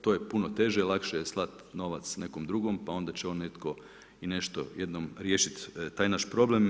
To je puno teže, lakše je slati novac nekome druge, pa onda će on netko i nešto jednom riješiti taj naš problem.